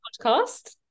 Podcast